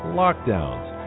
lockdowns